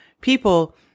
people